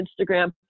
Instagram